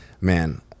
man